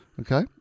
Okay